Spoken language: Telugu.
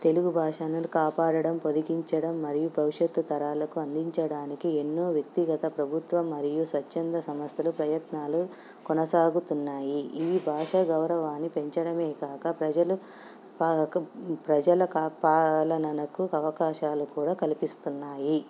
తెలుగు భాషను కాపాడడం పొదికిించడం మరియు భవిష్యత్తు తరాలకు అందించడానికి ఎన్నో వ్యక్తిగత ప్రభుత్వం మరియు స్వచ్ఛంద సంమస్థలు ప్రయత్నాలు కొనసాగుతున్నాయి ఈ భాష గౌరవాన్ని పెంచడమే కాక ప్రజలు ప్రజల కా పాలనకు అవకాశాలు కూడా కల్పిస్తున్నాయి